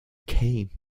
came